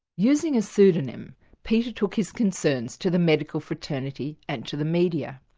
using a pseudonym peter took his concerns to the medical fraternity and to the media.